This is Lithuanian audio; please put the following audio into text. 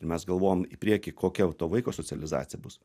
mes galvojam į priekį kokia to vaiko socializacija bus